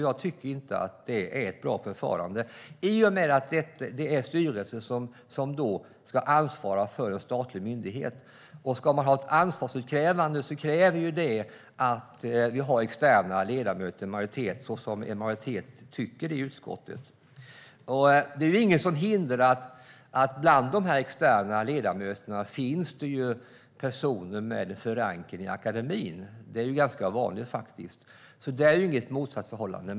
Jag tycker inte att det är ett bra förfarande, i och med att det är en styrelse som ska ansvara för en statlig myndighet. Ska man ha ett ansvarsutkrävande kräver det att vi har externa ledamöter i majoritet, vilket också en majoritet i utskottet tycker. Det är dock inget som hindrar att det bland de här externa ledamöterna finns personer med förankring i akademin. Det är ganska vanligt. Där finns inget motsatsförhållande.